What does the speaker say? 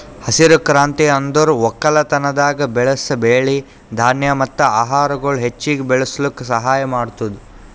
ಹಸಿರು ಕ್ರಾಂತಿ ಅಂದುರ್ ಒಕ್ಕಲತನದಾಗ್ ಬೆಳಸ್ ಬೆಳಿ, ಧಾನ್ಯ ಮತ್ತ ಆಹಾರಗೊಳ್ ಹೆಚ್ಚಿಗ್ ಬೆಳುಸ್ಲುಕ್ ಸಹಾಯ ಮಾಡ್ತುದ್